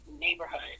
neighborhood